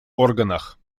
органах